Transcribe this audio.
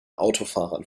autofahrern